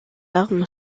arme